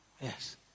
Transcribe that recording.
Yes